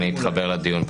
אתחבר לדיון,